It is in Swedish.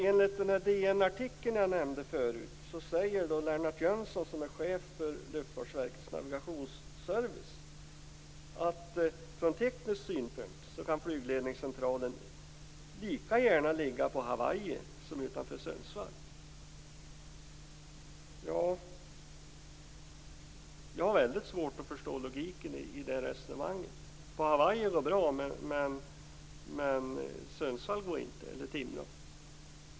Enligt den DN-artikel som jag tidigare nämnde säger Lennart Jönsson, som är chef för Luftfartverkets navigationsservice, att flygledningscentralen från teknisk synpunkt lika gärna kan ligga på Hawaii som utanför Sundsvall. Jag har väldigt svårt att förstå logiken i resonemanget att det går bra på Hawaii men inte i Sundsvall.